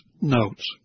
notes